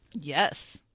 yes